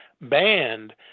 banned